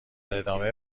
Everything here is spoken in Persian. ادامه